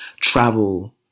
travel